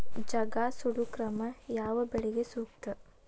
ಜಗಾ ಸುಡು ಕ್ರಮ ಯಾವ ಬೆಳಿಗೆ ಸೂಕ್ತ?